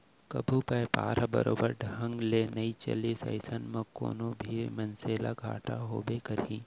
कभू बयपार ह बरोबर बने ढंग ले नइ चलिस अइसन म कोनो भी मनसे ल घाटा होबे करही